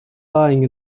lying